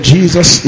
Jesus